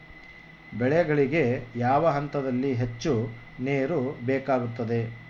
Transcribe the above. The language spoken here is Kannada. ಬೆಳೆಗಳಿಗೆ ಯಾವ ಹಂತದಲ್ಲಿ ಹೆಚ್ಚು ನೇರು ಬೇಕಾಗುತ್ತದೆ?